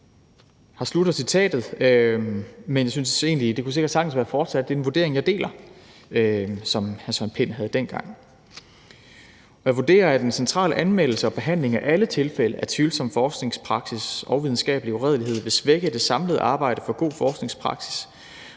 Her slutter citatet, men det kunne sikkert sagtens være fortsat, og den vurdering, som Søren Pind havde dengang, er en vurdering, som jeg deler. Jeg vurderer, at den centrale anmeldelse og behandling af alle sager om tvivlsom forskningspraksis og videnskabelig uredelighed vil svække det samlede arbejde for god forskningspraksis